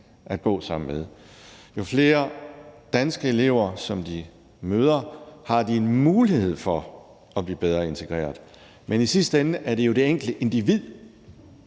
at gå sammen med. Jo flere danske elever de møder, jo mere har de en mulighed for at blive bedre integreret. Men i sidste ende er det jo det enkelte individ,